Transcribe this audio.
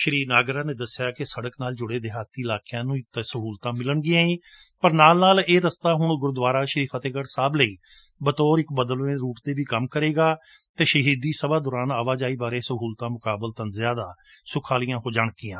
ਸ਼੍ਰੀ ਨਾਗਰ ਨੇ ਦੱਸਿਆ ਕਿ ਸੜਕ ਨਾਲ ਜੁੜੇ ਦੇਹਾਤੀ ਇਲਾਕਿਆਂ ਨੂੰ ਤਾਂ ਸਹੂਲਤਾਂ ਮਿਲਣਗੀਆਂ ਹੀ ਪਰ ਨਾਲ ਨਾਲ ਰਸਤਾ ਹੁਣ ਗੁਰੂਦੁਆਰਾ ਸ਼੍ਰੀ ਫਤਿਹਗੜ੍ ਸਾਹਿਬ ਲਈ ਬਤੌਰ ਬਦਲਵੇਂ ਰੂਟ ਦਾ ਕੰਮ ਵੀ ਕਰੇਗਾ ਅਤੇ ਸ਼ਹੀਦੀ ਸਭਾ ਦੋਰਾਨ ਆਵਾਜਾਈ ਬਾਰੇ ਸਹੂਲਤਾਂ ਮੁਕਾਬਲਤਨ ਜਿਆਦਾ ਸੁਖਾਲੀਆਂ ਹੋ ਜਾਣਗੀਆਂ